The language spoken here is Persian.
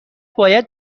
باید